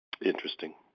Interesting